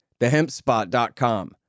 TheHempSpot.com